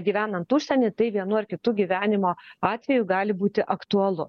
gyvenant užsieny tai vienu ar kitu gyvenimo atveju gali būti aktualu